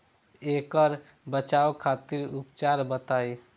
ऐकर बचाव खातिर उपचार बताई?